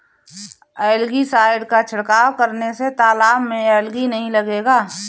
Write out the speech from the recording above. algae side का छिड़काव करने से तालाब में एलगी नहीं लगेगा